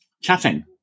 chatting